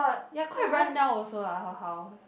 ya quite run down also lah her house